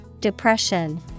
Depression